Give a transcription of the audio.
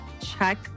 check